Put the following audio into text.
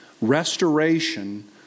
restoration